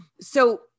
so-